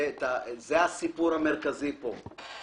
זה הסיפור המרכזי פה.